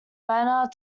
bernard